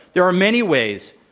there are many ways,